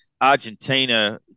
Argentina